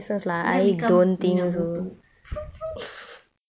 then become